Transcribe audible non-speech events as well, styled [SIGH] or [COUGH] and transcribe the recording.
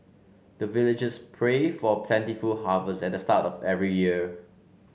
the villagers [NOISE] pray for plentiful harvest at the start of every year